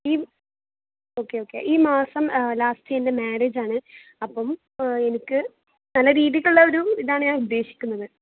ഈ okay okay ഈ മാസം ലാസ്റ്റ് എൻ്റെ മ്യാരേജ് ആണ് അപ്പം എനിക്ക് നല്ല രീതിക്കുള്ള ഒരു ഇതാണ് ഞാൻ ഉദ്ദേശിക്കുന്നത്